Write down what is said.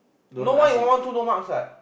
no one in one one two no marks what